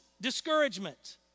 discouragement